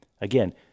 Again